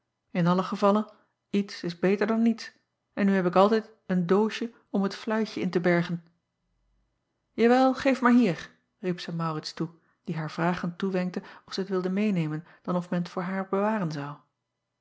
n allen gevalle iets is beter dan niets en nu heb ik altijd een doosje om het fluitje in te bergen awel geef maar hier riep zij aurits toe die haar vragend toewenkte of zij t wilde meênemen dan of men t voor haar bewaren zou